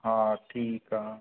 हा ठीकु आहे